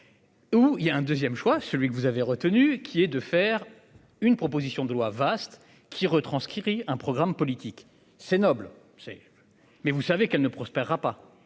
Où il y a un 2ème choix celui que vous avez retenu, qui est de faire une proposition de loi vaste qui retranscrit un programme politique c'est noble, c'est. Mais vous savez qu'elle ne prospère rapa.